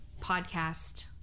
podcast